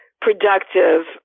productive